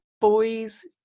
boys